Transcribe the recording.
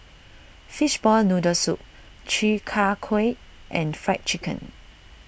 Fishball Noodle Soup Chi Kak Kuih and Fried Chicken